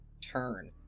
turn